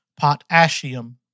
Potassium